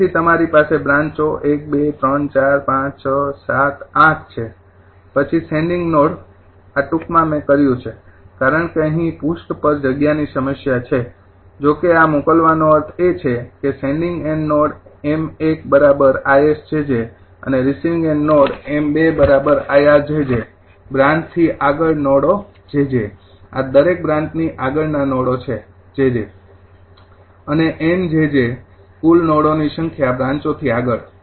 તેથી તમારી પાસે બ્રાંચો ૧૨૩૪૫૬૭૮ છે પછી સેંડિંગ નોડ આ ટૂંકમાં મેં કર્યું છે કારણ કે અહીં આ પૃષ્ઠ પર જગ્યાની સમસ્યા છે જોકે આ મોકલવાનો અર્થ એ છે કે સેંડિંગ એન્ડ નોડ 𝑚૧𝐼𝑆𝑗𝑗 અને રિસીવિંગ એન્ડ નોડ 𝑚૨𝐼𝑅𝑗𝑗 બ્રાન્ચ થી આગળ નોડો 𝑗𝑗 આ દરેક બ્રાન્ચની આગળના નોડો છે 𝑗𝑗 અને 𝑁 𝑗𝑗 કુલ નોડોની સંખ્યા બ્રાંચો થી આગળ